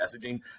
messaging